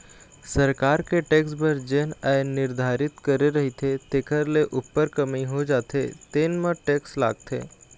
सरकार के टेक्स बर जेन आय निरधारति करे रहिथे तेखर ले उप्पर कमई हो जाथे तेन म टेक्स लागथे